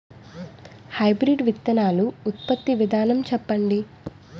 Hybrid విత్తనాలు ఉత్పత్తి విధానం చెప్పండి?